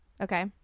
Okay